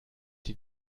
die